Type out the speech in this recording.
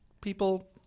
people